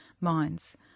minds